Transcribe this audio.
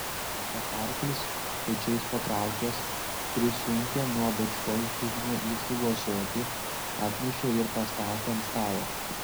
pakarklis pečiais patraukęs prisunkė nuo bačkos dugno išrūgų ąsotį atnešė ir pastatė ant stalo